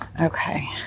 Okay